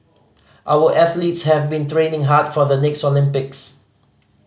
our athletes have been training hard for the next Olympics